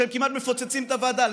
כשהם כמעט מפוצצים את הוועדה.